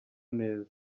neza